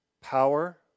power